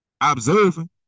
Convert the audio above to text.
observing